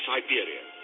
Siberia